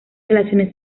relaciones